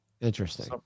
interesting